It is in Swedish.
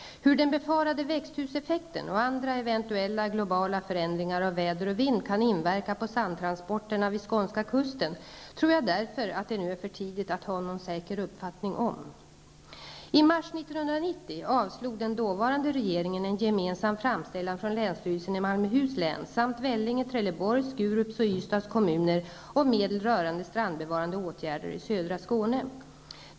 Hur den befarade växthuseffekten och andra eventuella globala förändringar av väder och vind kan inverka på sandtransporterna vid skånska kusten tror jag därför att det nu är för tidigt att ha någon säker uppfattning om. I mars 1990 avslog den dåvarande regeringen en gemensam framställan från länsstyrelsen i Malmöhus län samt Vellinge, Trelleborgs, Skurups och Ystads kommuner om medel rörande strandbevaradne åtgärder i Skåne.